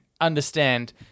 understand